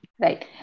Right